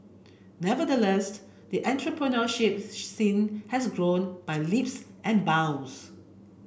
nevertheless the entrepreneurship scene has grown by leaps and bounds